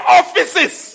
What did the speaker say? offices